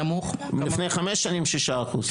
לפני חמש שנים שישה אחוז.